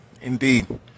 indeed